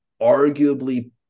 arguably